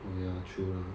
ya true lah